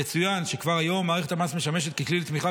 יצוין שכבר היום מערכת המס משמשת ככלי לתמיכה